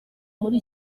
muri